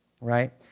right